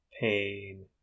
pain